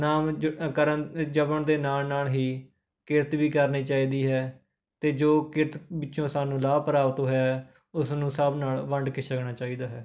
ਨਾਮ ਜ ਕਰਨ ਜਪਣ ਦੇ ਨਾਲ ਨਾਲ ਹੀ ਕਿਰਤ ਵੀ ਕਰਨੀ ਚਾਹੀਦੀ ਹੈ ਅਤੇ ਜੋ ਕਿਰਤ ਵਿੱਚੋਂ ਸਾਨੂੰ ਲਾਭ ਪ੍ਰਾਪਤ ਹੋਇਆ ਹੈ ਉਸ ਨੂੰ ਸਭ ਨਾਲ ਵੰਡ ਕੇ ਛੱਕਣਾ ਚਾਹੀਦਾ ਹੈ